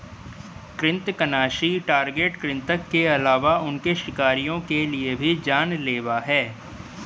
कृन्तकनाशी टारगेट कृतंक के अलावा उनके शिकारियों के लिए भी जान लेवा हैं